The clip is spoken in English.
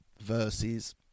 versus